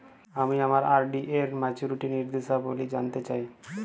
আমি আমার আর.ডি এর মাচুরিটি নির্দেশাবলী জানতে চাই